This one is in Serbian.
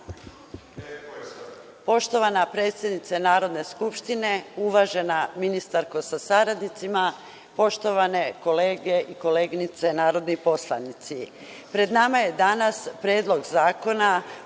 Hvala. Poštovana predsednice Narodne skupštine, uvažena ministarko sa saradnicima, poštovane kolege i koleginice narodni poslanici, pred nama je danas Predlog zakona